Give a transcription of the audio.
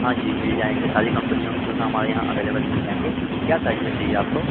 हाँ जी मिल जाएँगे सारी कंपनियों के सूज़ हमारे यहाँ अवेलेबल मिल जाएँगे क्या साइज में चाहिए आपको